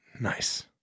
Nice